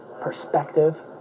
perspective